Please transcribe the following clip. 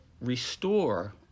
restore